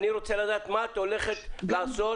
אני רוצה לדעת מה את הולכת לעשות